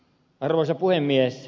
arvoisa puhemies